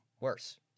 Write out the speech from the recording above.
worse